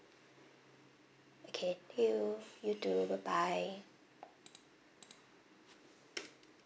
okay thank you you too bye bye